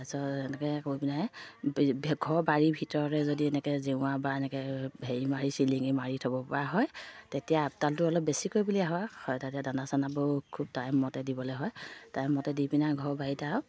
তাৰপিছত এনেকৈ কৈ পিনে ঘৰ বাৰীৰ ভিতৰতে যদি এনেকৈ জেওৰা বা এনেকৈ হেৰি মাৰি চিলিঙি মাৰি থ'ব পৰা হয় তেতিয়া আপতালটো অলপ বেছিকৈ বুলিয়ে হয় তেতিয়া দানা চানাবোৰ খুব টাইমমতে দিবলৈ হয় টাইমমতে দি পিনে ঘৰৰ বাৰীত